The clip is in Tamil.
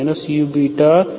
12i